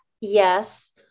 yes